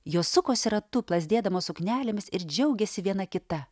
jos sukosi ratu plazdėdamos suknelėmis ir džiaugėsi viena kita